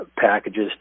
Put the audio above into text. packages